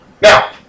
Now